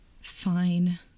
Fine